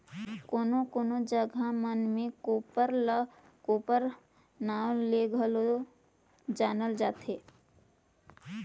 कोनो कोनो जगहा मन मे कोप्पर ल कोपर कर नाव ले घलो जानल जाथे